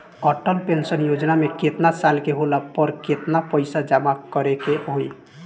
Atal pension योजना मे केतना साल के होला पर केतना पईसा जमा करे के होई?